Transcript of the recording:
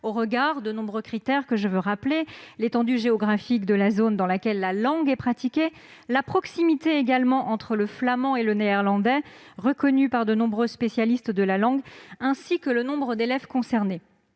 au regard de nombreux critères : l'étendue géographique de la zone dans laquelle la langue est pratiquée, la proximité entre le flamand et le néerlandais, reconnue par de nombreux spécialistes de la langue, ainsi que le nombre d'élèves concernés.